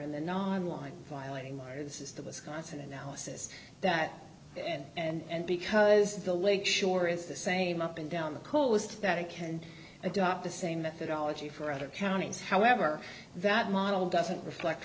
and the non line violating my or this is the wisconsin analysis that and because the lake shore is the same up and down the coast that it can adopt the same methodology for other counties however that model doesn't reflect